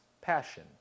passion